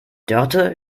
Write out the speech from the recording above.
dörte